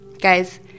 Guys